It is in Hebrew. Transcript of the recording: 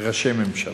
ראשי ממשלה.